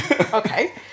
Okay